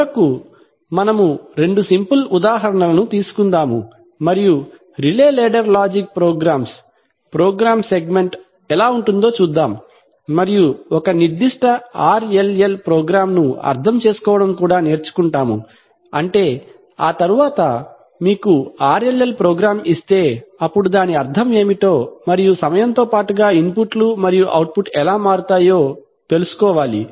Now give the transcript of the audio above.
చివరకు మనము రెండు సింపుల్ ఉదాహరణలను తీసుకుందాము మరియు relay ladder logic program program segment ఎలా ఉంటుందో చూద్దాం మరియు ఒక నిర్దిష్ట RLL ప్రోగ్రామ్ను అర్థం చేసుకోవడం కూడా నేర్చుకుంటాము అంటే ఆ తరువాత మీకు RLL ప్రోగ్రామ్ ఇస్తే అప్పుడు దాని అర్థం ఏమిటో మరియు సమయంతో పాటుగా ఇన్పుట్ లు మరియు అవుట్పుట్ లు ఎలా మారుతాయో తెలుసుకోవాలి